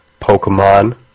Pokemon